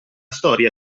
storia